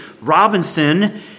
Robinson